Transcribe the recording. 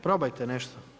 Probajte nešto.